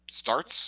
starts